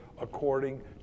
according